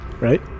right